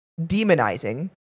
demonizing